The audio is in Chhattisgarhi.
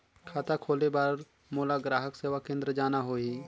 खाता खोले बार मोला ग्राहक सेवा केंद्र जाना होही?